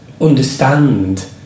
understand